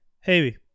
hey